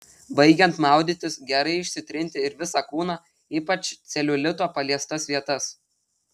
baigiant maudytis gerai išsitrinti ir visą kūną ypač celiulito paliestas vietas